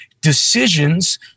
decisions